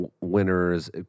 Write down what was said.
Winner's